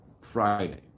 Friday